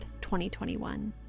2021